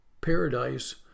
paradise